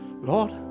Lord